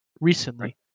recently